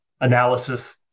analysis